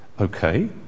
okay